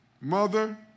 Mother